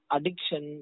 Addiction